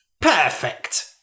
Perfect